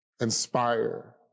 Inspire